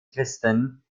christen